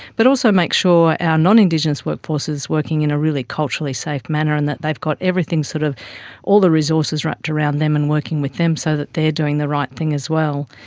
but also makes sure and our non-indigenous workforce is working in a really culturally safe manner and that they've got sort of all the resources wrapped around them and working with them so that they are doing the right thing as well.